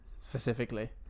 specifically